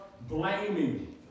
blaming